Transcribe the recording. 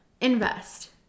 invest